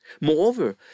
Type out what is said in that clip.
Moreover